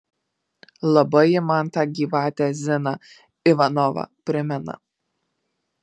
labai ji man tą gyvatę ziną ivanovą primena